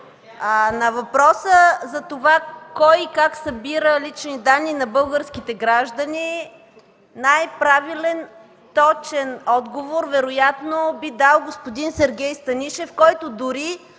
На въпроса кой и как събира лични данни на българските граждани, най-правилен, точен отговор вероятно би дал господин Сергей Станишев, който дори